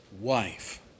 wife